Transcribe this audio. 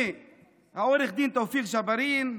מעו"ד תאופיק ג'בארין,